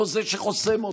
לא זה שחוסם אותה,